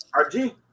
rg